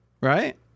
right